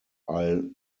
i’ll